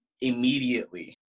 immediately